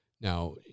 Now